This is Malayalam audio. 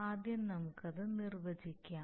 ആദ്യം നമുക്ക് അത് നിർവചിക്കാം